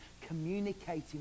communicating